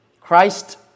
Christ